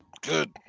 Good